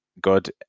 God